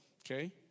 okay